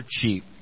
cheap